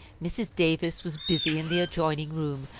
mrs. davis was busy in the adjoining room,